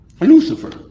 Lucifer